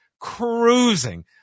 cruising